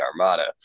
Armada